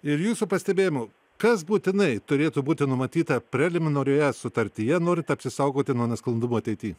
ir jūsų pastebėjimu kas būtinai turėtų būti numatyta preliminarioje sutartyje norint apsisaugoti nuo nesklandumų ateity